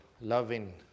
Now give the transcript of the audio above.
loving